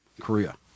Korea